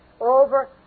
over